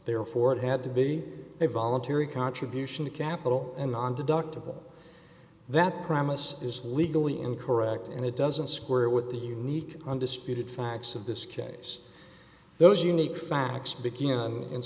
therefore it had to be a voluntary contribution to capital and nondeductible that promise is legally incorrect and it doesn't square with the unique undisputed facts of this case those unique facts begin in